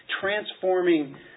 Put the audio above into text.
transforming